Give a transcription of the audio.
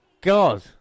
God